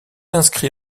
inscrit